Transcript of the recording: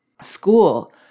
School